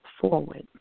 forward